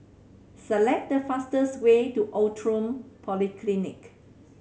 select the fastest way to Outram Polyclinic